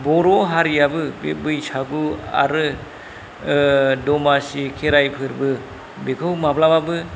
बर' हारियाबो बे बैसागु आरो दमासि खेराइ फोरबो बेखौ माब्लाबाबो